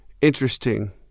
interesting